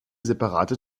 separate